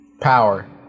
Power